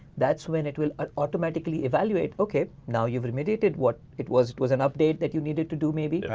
that's when it will ah automatically evaluate. okay now you've remediated what it was was an update that you needed to do maybe.